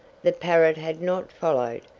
the parrot had not followed!